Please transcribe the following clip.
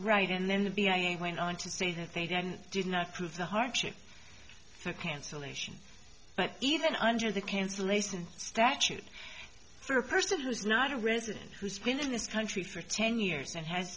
right and then to be i went on to say that they did and did not prove the hardship cancellation but even under the cancellation statute for a person who is not a resident who's been in this country for ten years and ha